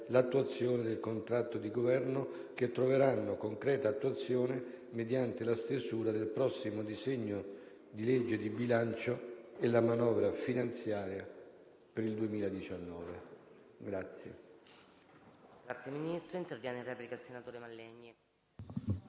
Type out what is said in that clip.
realizzazione del contratto di Governo che troveranno concreta attuazione mediante la stesura del prossimo disegno di legge di bilancio e la manovra finanziaria per il 2019.